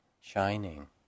shining